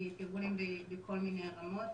ארגונים בכל מיני רמות.